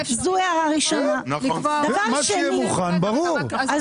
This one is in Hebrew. מה שיהיה מוכן, ברור.